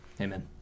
Amen